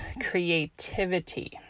creativity